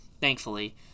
thankfully